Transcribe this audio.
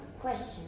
Question